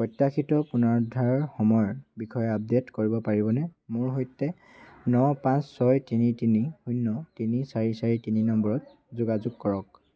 প্ৰত্যাশিত পুনৰুদ্ধাৰৰ সময়ৰ বিষয়ে আপডেট কৰিব পাৰিবনে মোৰ সৈতে ন পাঁচ ছয় তিনি তিনি শূন্য তিনি চাৰি চাৰি তিনি নম্বৰত যোগাযোগ কৰক